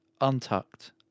untucked